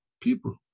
people